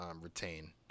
retain